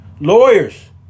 lawyers